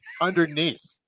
underneath